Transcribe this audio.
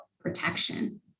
protection